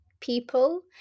people